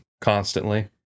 constantly